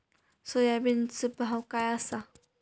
सोयाबीनचो भाव काय आसा?